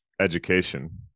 education